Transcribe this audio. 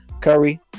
Curry